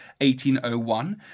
1801